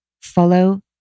follow